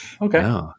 okay